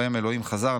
בהם "אלוהים חזר",